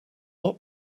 not